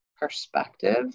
perspective